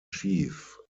chief